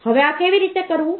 હવે આ કેવી રીતે કરવું